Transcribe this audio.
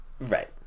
Right